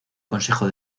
consejo